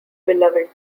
beloved